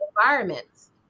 environments